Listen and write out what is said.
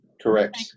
Correct